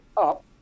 up